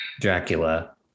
dracula